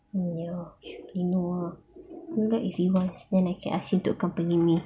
oh uh I don't know if he wants then I can ask him to accompany me